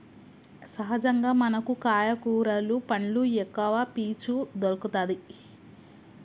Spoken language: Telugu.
సహజంగా మనకు కాయ కూరలు పండ్లు ఎక్కవ పీచు దొరుకతది